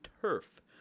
turf